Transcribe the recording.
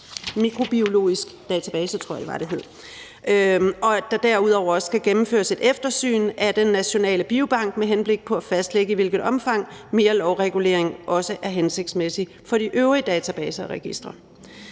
mikrobiologidatabasen, og at der derudover også skal gennemføres et eftersyn af den nationale biobank med henblik på at fastlægge, i hvilket omfang mere lovregulering også er hensigtsmæssigt for de øvrige databaser og registre.